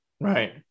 Right